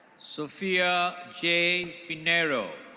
sophia j panero.